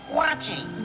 watching